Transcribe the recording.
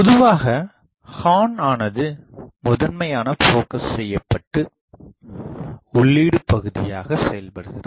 பொதுவாகஹார்ன் ஆனது முதன்மையான போகஸ் செய்யப்பட்டு உள்ளிடுபகுதியாகச் செயல்படுகிறது